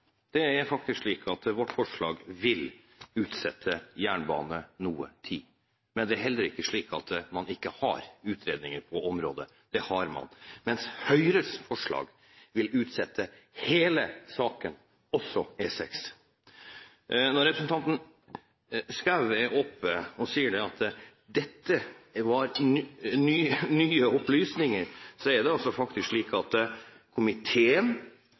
det er faktisk slik at vårt forslag vil utsette jernbanen noen tid. Det er heller ikke slik at man ikke har utredninger på området. Det har man. Men Høyres forslag vil utsette hele saken, også E6. Når representanten Schou er oppe og sier at dette er nye opplysninger, er det faktisk slik at komiteen